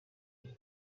icyo